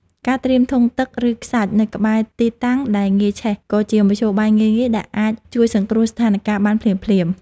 ការត្រៀមធុងទឹក ឬខ្សាច់នៅក្បែរទីតាំងដែលងាយឆេះក៏ជាមធ្យោបាយងាយៗដែលអាចជួយសង្គ្រោះស្ថានការណ៍បានភ្លាមៗ។